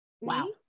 wow